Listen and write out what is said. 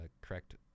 correct